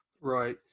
Right